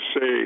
say